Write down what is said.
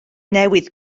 newydd